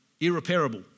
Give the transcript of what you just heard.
irreparable